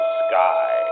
sky